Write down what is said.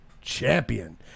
champion